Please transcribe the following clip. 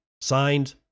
Signed